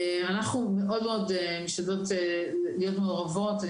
אנחנו מאוד-מאוד משתדלות להיות מעורבות.